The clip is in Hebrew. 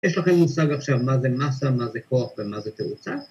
יש לכם מושג עכשיו מה זה מסה, מה זה כוח ומה זה תאוצה?